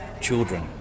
children